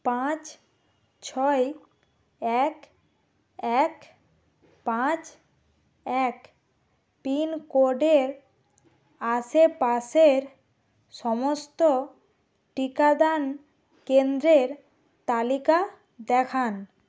পাঁচ ছয় এক এক পাঁচ এক পিনকোডের আশেপাশের সমস্ত টিকাদান কেন্দ্রের তালিকা দেখান